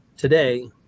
Today